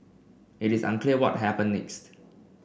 it is unclear what happened next